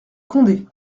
condé